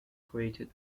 created